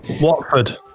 Watford